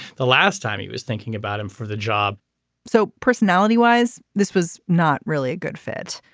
the last time he was thinking about him for the job so personality wise this was not really a good fit.